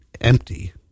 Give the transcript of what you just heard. empty